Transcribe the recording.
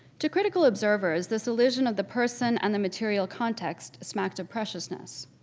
to critical observers, this illusion of the person and the material context smacked of preciousness.